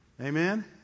amen